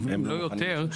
אם לא יותר,